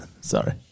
sorry